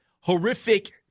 horrific